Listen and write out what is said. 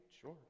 Sure